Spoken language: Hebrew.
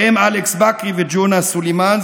ובהם אלכס בכרי וג'ונה סולימאן,